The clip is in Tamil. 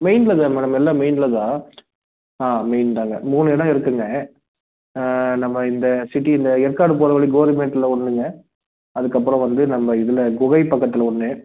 மெயினில் தான் மேடம் எல்லாம் மெயினில் தான் மெயின் தாங்க மூணு இடம் இருக்குதுங்க நம்ம இந்த சிட்டியில் ஏற்காடு போகிற வழி கோலிமேட்டில் ஒன்றுங்க அதுக்கப்புறம் வந்து நம்ம இதில் குகை பக்கத்தில் ஒன்று